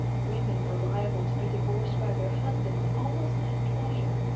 women were liable to be divorced by their husbands almost at pleasure,